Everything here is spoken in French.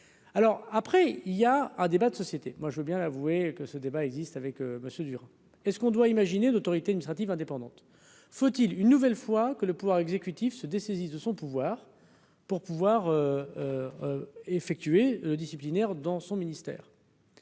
alors après il y a un débat de société, moi je veux bien l'avouer que ce débat existe avec Monsieur dur est ce qu'on doit imaginer d'autorité initiative indépendante faut-il une nouvelle fois que le pouvoir exécutif se dessaisissent de son pouvoir pour pouvoir effectuer disciplinaire dans son ministère.